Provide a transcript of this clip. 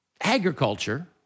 agriculture